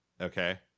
Okay